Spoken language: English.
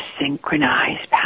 synchronized